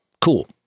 Cool